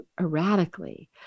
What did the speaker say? erratically